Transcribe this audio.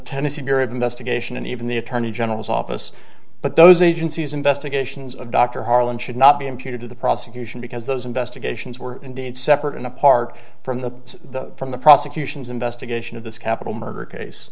tennessee bureau of investigation and even the attorney general's office but those agencies investigations of dr harlan should not be imputed to the prosecution because those investigations were indeed separate and apart from the from the prosecution's investigation of this capital murder case